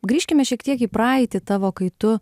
grįžkime šiek tiek į praeitį tavo kai tu